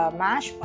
mash